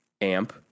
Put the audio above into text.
amp